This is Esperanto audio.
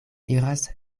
iras